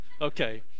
Okay